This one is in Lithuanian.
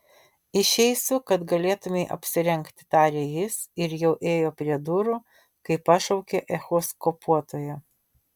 išeisiu kad galėtumei apsirengti tarė jis ir jau ėjo prie durų kai pašaukė echoskopuotoja